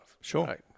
Sure